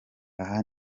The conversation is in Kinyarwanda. aha